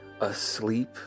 asleep